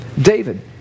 David